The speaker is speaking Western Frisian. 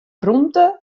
rûmte